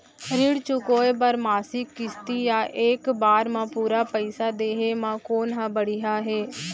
ऋण चुकोय बर मासिक किस्ती या एक बार म पूरा पइसा देहे म कोन ह बढ़िया हे?